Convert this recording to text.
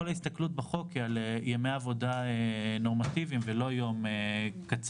כל ההסתכלות בחוק היא על ימי עבודה נורמטיביים ולא יום קצר,